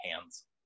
hands